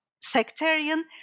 sectarian